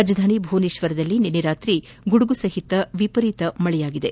ರಾಜಧಾನಿ ಭುವನೇಶ್ವರದಲ್ಲಿ ನಿನ್ನೆ ರಾತ್ರಿ ಗುಡುಗುಸಹಿತ ವಿಪರೀತ ಮಳೆಯಾಗಿದೆ